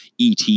ET